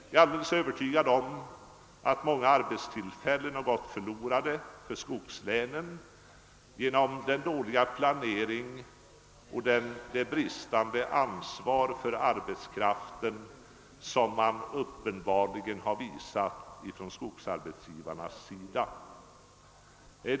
Jag är alldeles övertygad om att många arbetstillfällen har gått förlorade inom skogslänen genom den dåliga planeringen och det bristande ansvar för arbetskraften, som man uppenbarligen har visat från arbetsgivarna inom skogsnäringarna.